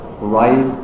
right